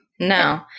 No